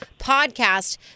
podcast